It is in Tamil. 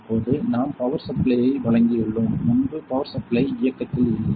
இப்போது நாம் பவர் சப்ளை வழங்கியுள்ளோம் Refer Time 1515 முன்பு பவர் சப்ளை இயக்கத்தில் இல்லை